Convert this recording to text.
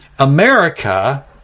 America